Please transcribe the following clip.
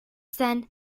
then